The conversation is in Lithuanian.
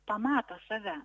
pamato save